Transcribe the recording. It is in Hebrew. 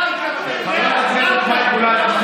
חברת הכנסת מאי גולן,